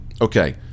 Okay